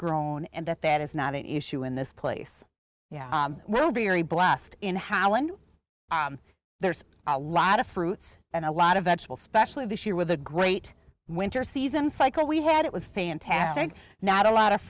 grown and that that is not an issue in this place yeah we're very blessed in how and there's a lot of fruits and a lot of vegetable specially this year with a grain eight winter season cycle we had it was fantastic not a lot of